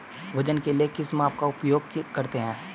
वजन के लिए किस माप का उपयोग करते हैं?